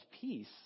peace